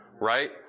right